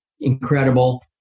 incredible